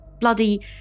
bloody